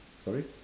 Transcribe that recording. sorry